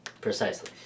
Precisely